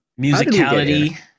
musicality